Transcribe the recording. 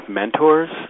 mentors